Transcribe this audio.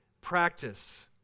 practice